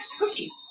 Cookies